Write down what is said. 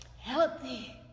healthy